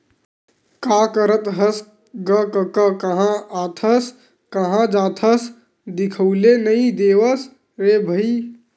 का करत हस गा कका काँहा आथस काँहा जाथस दिखउले नइ देवस रे भई?